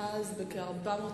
נכונה גם